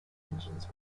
engines